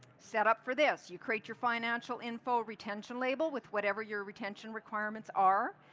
set up for this. you create your financial info retention label with whatever your retention requireme nts are.